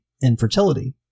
infertility